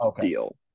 deal